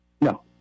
No